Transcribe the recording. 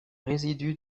résidus